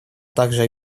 также